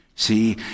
See